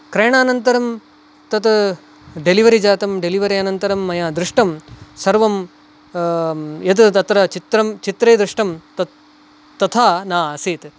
क्रयणानन्तरं तत् डेलिवरि जातम् डेलिवरि अनन्तरं मया दृष्टं सर्वं यत् तत्र चित्रं चित्रे दृष्टं तत् तथा न आसीत्